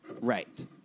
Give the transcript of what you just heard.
Right